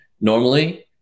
normally